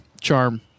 charm